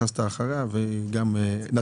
נכנסת אחרי שהיא דיברה.